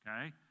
Okay